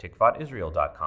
Tikvotisrael.com